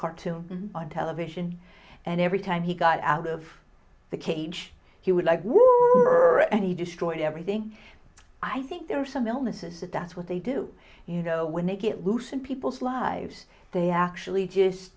cartoon on television and every time he got out of the cage he would like for any destroyed everything i think there are some illnesses that that's what they do you know when they get loose in people's lives they actually just